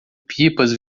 pipas